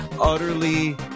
utterly